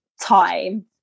time